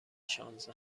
شانزده